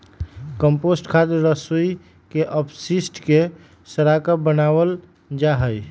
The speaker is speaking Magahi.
कम्पोस्ट खाद रसोई के अपशिष्ट के सड़ाकर बनावल जा हई